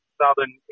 southern